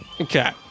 Okay